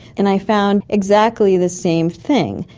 and i found exactly the same thing.